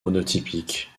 monotypique